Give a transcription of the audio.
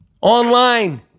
online